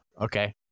Okay